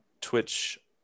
Twitch